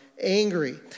angry